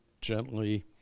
gently